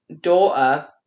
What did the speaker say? daughter